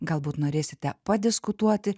galbūt norėsite padiskutuoti